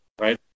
right